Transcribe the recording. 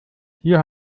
hier